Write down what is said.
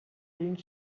ring